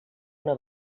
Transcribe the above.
una